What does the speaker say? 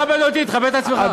אל תכבד אותי, תכבד את עצמך.